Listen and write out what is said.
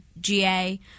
GA